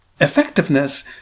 effectiveness